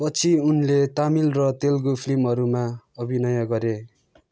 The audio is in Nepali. पछि उनले तमिल र तेलुगु फिल्महरूमा अभिनय गरे